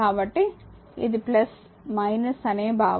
కాబట్టి ఇది అనే భావన